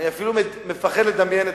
אני מפחד אפילו לדמיין אותה.